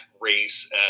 race